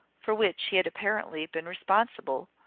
for which he had apparently been responsible,